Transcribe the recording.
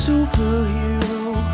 Superhero